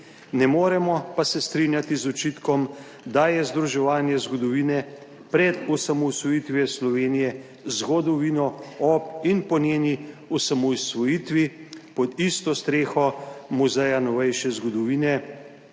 Ne moremo pa se strinjati z očitkom, da je združevanje zgodovine pred osamosvojitvijo Slovenije, zgodovino ob in po njeni osamosvojitvi pod isto streho Muzeja novejše zgodovine